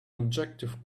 objective